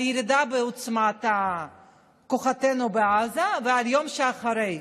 על הירידה בעוצמת כוחותינו בעזה ועל היום שאחרי.